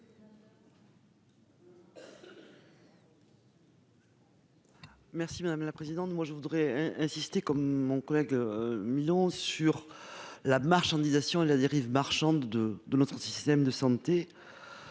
Merci madame la présidente, moi je voudrais insister comme mon collègue Milan sur la marchandisation et la dérive marchande de de notre système de santé